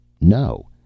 No